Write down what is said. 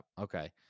okay